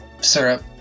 syrup